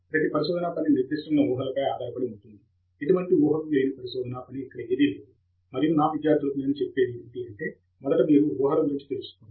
ప్రతి పరిశోధన పని నిర్దిష్టమైన ఊహలపై ఆధారపడి ఉంటుంది ఎటువంటి ఊహలూ లేని పరిశోధనా పని ఇక్కడ ఏదీ లేదు మరియు నా విద్యార్థులకు నేను చెప్పే మొదట మీరు మీ ఊహల గురించి తెలుసుకోండి